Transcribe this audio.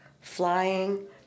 flying